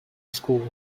school